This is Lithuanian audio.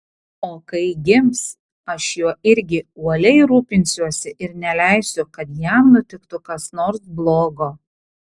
o kai gims aš juo irgi uoliai rūpinsiuosi ir neleisiu kad jam nutiktų kas nors blogo